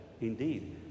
indeed